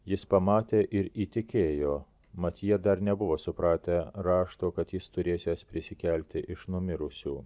jis pamatė ir įtikėjo mat jie dar nebuvo supratę rašto kad jis turėsiąs prisikelti iš numirusiųjų